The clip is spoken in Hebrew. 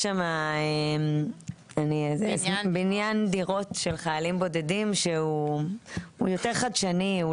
יש שם בניין דירות של חיילים בודדים שהוא יותר חדשני.